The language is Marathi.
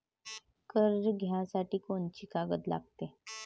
कर्ज घ्यासाठी कोनची कागद लागते?